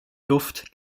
luft